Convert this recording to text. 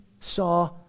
saw